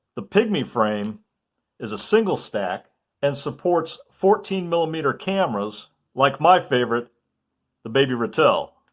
the pygmy frame is a single stack and supports fourteen millimeter cameras like my favorite the baby ratel.